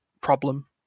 problem